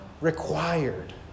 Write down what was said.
required